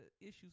issues